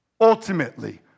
Ultimately